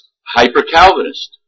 hyper-Calvinist